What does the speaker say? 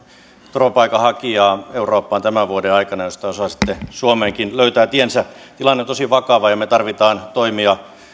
turvapaikanhakijaa eurooppaan tämän vuoden aikana joista osa sitten suomeenkin löytää tiensä tilanne on tosi vakava ja me tarvitsemme toimia